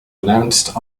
announced